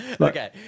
Okay